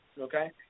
okay